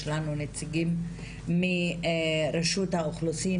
יש לנו נציגים מרשות האוכלוסין,